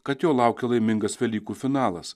kad jo laukia laimingas velykų finalas